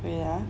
wait ah